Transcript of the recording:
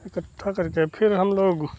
इकट्ठा करके फिर हम लोग